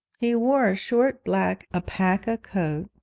he wore a short black alpaca coat,